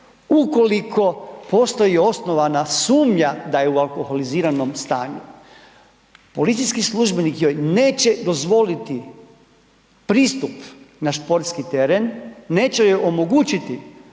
ukoliko postoji osnovana sumnja da je u alkoholiziranom stanju, policijski službenik joj neće dozvoliti pristup na športski teren, neće joj omogućiti